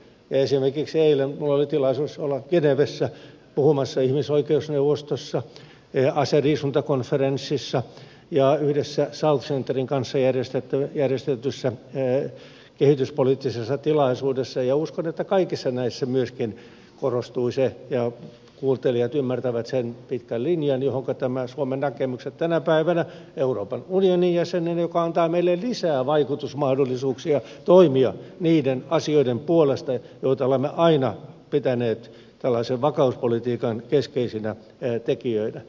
esimerkiksi eilen minulla oli tilaisuus olla genevessä puhumassa ihmisoikeusneuvostossa aseriisuntakonferenssissa ja yhdessä south centren kanssa järjestetyssä kehityspoliittisessa tilaisuudessa ja uskon että kaikissa näissä myöskin korostui se ja kuuntelijat ymmärtävät sen pitkän linjan johonka nämä suomen näkemykset tänä päivänä euroopan unionin jäsenenä perustuvat ja se antaa meille lisää vaikutusmahdollisuuksia toimia niiden asioiden puolesta joita olemme aina pitäneet tällaisen vakauspolitiikan keskeisinä tekijöinä